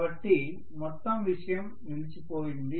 కాబట్టి మొత్తం విషయం నిలిచిపోయింది